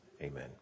amen